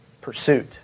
pursuit